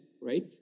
right